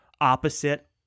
opposite